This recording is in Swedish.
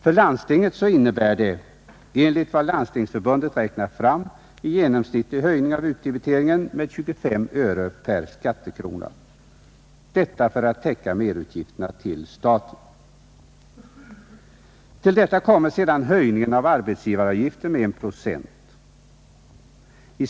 För landstingen innebär det enligt vad landstingsförbundet räknat fram en genomsnittlig höjning av utdebiteringen med 25 öre per skattekrona för att täcka merutgifterna till staten. Till detta kommer sedan höjningen av arbetsgivaravgiften med 1 procent.